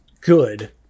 good